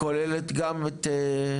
כוללת גם את?